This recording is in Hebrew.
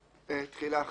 תחילה.